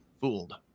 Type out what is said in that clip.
fooled